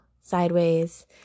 sideways